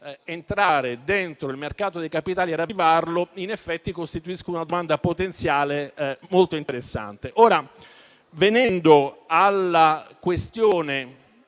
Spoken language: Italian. entrare nel mercato dei capitali e ravvivarlo, in effetti costituiscono una domanda potenziale molto interessante. Venendo alla questione